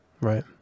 Right